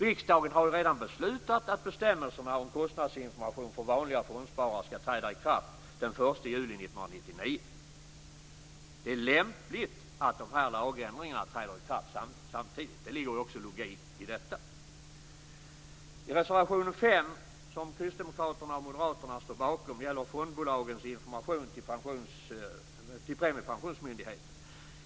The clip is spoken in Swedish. Riksdagen har redan beslutat att bestämmelserna om kostnadsinformation för vanliga fondsparare skall träda i kraft den 1 juli 1999. Det är lämpligt att dessa lagändringar träder i kraft samtidigt. Det ligger logik också i detta. Reservation 5, som Kristdemokraterna och Moderaterna står bakom, gäller fondbolagens information till Premiepensionsmyndigheten.